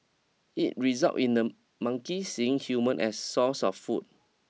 it result in the monkeys seeing humans as sources of food